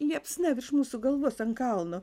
liepsna virš mūsų galvos ant kalno